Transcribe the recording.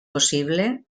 possible